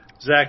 Zach